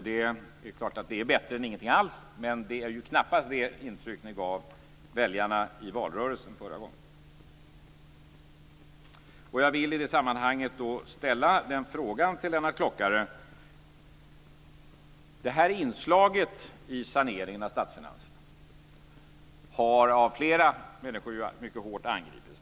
Det är klart att det är bättre än ingenting alls, men det är knappast det intryck ni gav väljarna i valrörelsen förra gången. Lennart Klockare. Detta inslag i saneringen av statsfinanserna har angripits mycket hårt av flera människor.